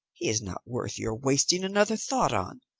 he is not worth your wasting another thought on.